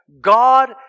God